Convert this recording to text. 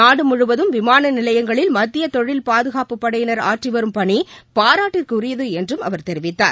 நாடு முழுவதும் விமாள நிலையங்களில் மத்திய தொழில் பாதுகா்பபுப் படையினா் ஆற்றி வரும் பணி பாராட்டுக்குரியது என்றும் அவர் தெரிவித்தார்